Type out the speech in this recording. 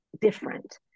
different